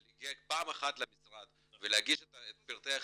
של להגיע פעם אחת למשרד ולהגיש את פרטי החשבון,